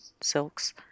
silks